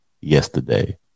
yesterday